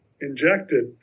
injected